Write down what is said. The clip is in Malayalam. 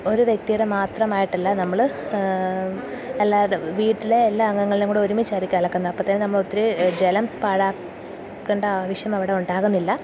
ഒരു വ്യക്തിയുടെ മാത്രമായിട്ടല്ല നമ്മള് എല്ലാവരുടെയും വീട്ടിലെ എല്ലാ അംഗങ്ങളുടെയുംകൂടെ ഒരുമിച്ചായിരിക്കും അലക്കുന്നത് അപ്പോള്ത്തന്നെ നമ്മള് ഒത്തിരി ജലം പാഴാക്കണ്ട ആവശ്യം അവിടെ ഉണ്ടാകുന്നില്ല